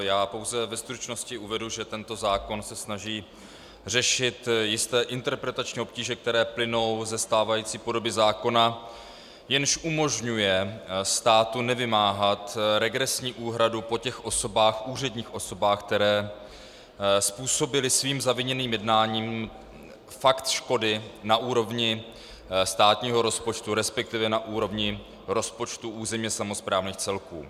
Já pouze ve stručnosti uvedu, že tento zákon se snaží řešit jisté interpretační obtíže, které plynou ze stávající podoby zákona, jenž umožňuje státu nevymáhat regresní úhradu po úředních osobách, které způsobily svým zaviněným jednáním fakt škody na úrovni státního rozpočtu, respektive na úrovni rozpočtu územně samosprávných celků.